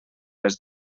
res